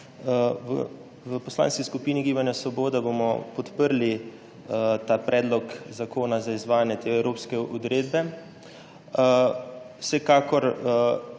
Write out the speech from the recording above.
V Poslanski skupini Svoboda bomo podprli ta predlog zakona za izvajanje te evropske uredbe. Vsekakor